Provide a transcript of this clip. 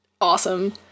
awesome